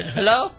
hello